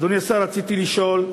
אדוני השר, רציתי לשאול: